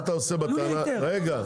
ומה אתה עושה בטענה, רגע.